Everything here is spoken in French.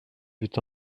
fut